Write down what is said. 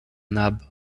nab